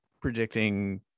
predicting